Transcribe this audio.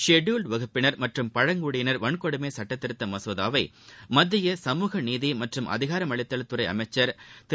scheduled வகுப்பினர் மற்றும் பழங்குடியினர் திருத்த சுட்ட மசோதாவை மத்திய சமூக நீதி மற்றும் அதிகாரம் அளித்தல் துறை அமைச்சர் திரு